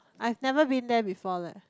I've never been there before leh